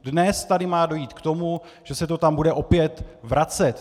Dnes tu má dojít k tomu, že se to tam bude opět vracet.